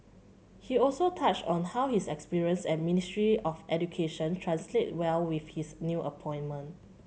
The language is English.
he also touched on how his experience at Ministry of Education translate well with his new appointment